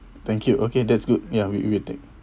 thank you okay that's good ya we will take